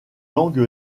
langue